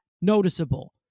noticeable